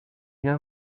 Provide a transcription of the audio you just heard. bien